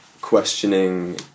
questioning